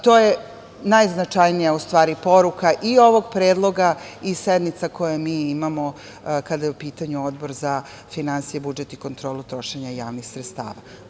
To je najznačajnija, u stvari poruka i ovog predloga i sednica koje mi imamo kada je u pitanju Odbor za finansije, budžet i kontrolu trošenja javnih sredstava.